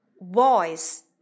Voice